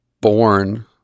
born